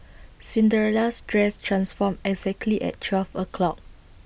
Cinderella's dress transformed exactly at twelve o'clock